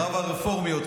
תבדקו את זה ברמת העובדות.